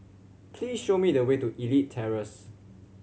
please show me the way to Elite Terrace